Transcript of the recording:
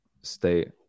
stay